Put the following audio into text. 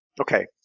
Okay